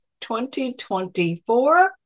2024